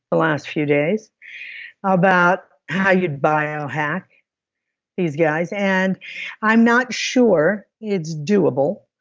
the last few days about how you'd bio hack these guys and i'm not sure it's doable.